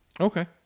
Okay